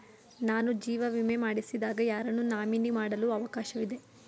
ನಾನು ಜೀವ ವಿಮೆ ಮಾಡಿಸಿದಾಗ ಯಾರನ್ನು ನಾಮಿನಿ ಮಾಡಲು ಅವಕಾಶವಿದೆ?